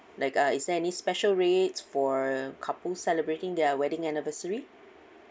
like uh is there any special rates for couple celebrating their wedding anniversary